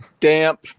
damp